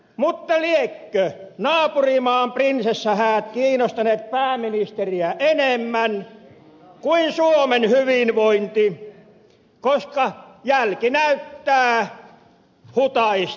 mutta liekö naapurimaan prinsessahäät kiinnostaneet pääministeriä enemmän kuin suomen hyvinvointi koska jälki näyttää hutaisten tehdyltä